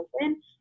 open